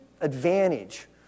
advantage